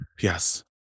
Yes